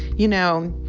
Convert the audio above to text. you know,